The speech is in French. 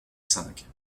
cinq